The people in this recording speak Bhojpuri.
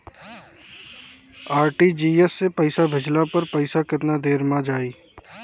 आर.टी.जी.एस से पईसा भेजला पर पईसा केतना देर म जाई?